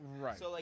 Right